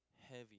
heavy